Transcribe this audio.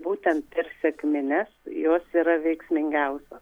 būtent prieš sekmines jos yra veiksmingiausios